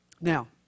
Now